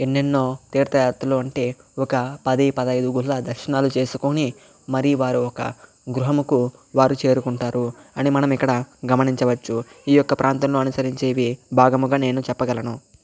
ఎన్నెన్నో తీర్థయాత్రలు వంటి ఒక పది పదిహేను గుళ్ళ దర్శనాలు చేసుకొని మరీ వారు ఒక గృహముకు వారు చేరుకుంటారు అని మనం ఇక్కడ గమనించవచ్చు ఈ యొక్క ప్రాంతంలో అనుసరించేవి భాగముగా నేను చెప్పగలను